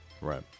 Right